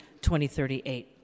2038